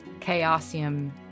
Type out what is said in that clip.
Chaosium